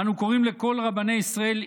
אנו קוראים לכל רבני ישראל,